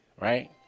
right